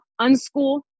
unschool